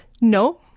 No